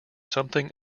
something